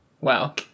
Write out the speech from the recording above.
Wow